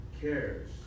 Cares